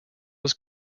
was